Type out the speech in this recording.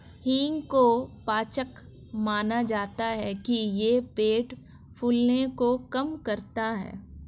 हींग को पाचक माना जाता है कि यह पेट फूलने को कम करता है